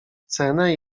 cenę